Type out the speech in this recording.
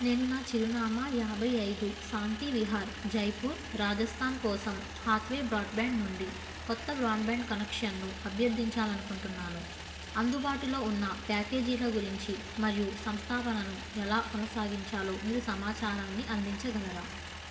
నేను నా చిరునామా యాభై ఐదు శాంతి విహార్ జైపూర్ రాజస్థాన్ కోసం హాత్వే బ్రాడ్బ్యాండ్ నుండి కొత్త బ్రాడ్బ్యాండ్ కనెక్షన్ను అభ్యర్థించాలి అనుకుంటున్నాను అందుబాటులో ఉన్న ప్యాకేజీల గురించి మరియు సంస్థాపనను ఎలా కొనసాగించాలో మీరు సమాచారాన్ని అందించగలరా